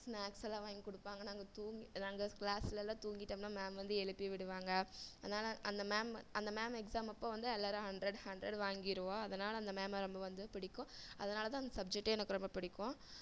ஸ்னாக்ஸெலாம் வாங்கி கொடுப்பாங்க நாங்கள் தூ நாங்கள் கிளாஸ்லெலாம் தூங்கிட்டம்னால் மேம் வந்து எழுப்பி விடுவாங்க அதனால் அந்த மேம் அந்த மேம் எக்ஸாம் அப்போது வந்து எல்லாேரும் ஹண்ட்ரட்கு ஹண்ட்ரட் வாங்கிடுவோம் அதனால் அந்த மேம் ரொம்ப வந்து பிடிக்கும் அதனால்தான் அந்த சப்ஜெக்ட்டே எனக்கு ரொம்ப பிடிக்கும்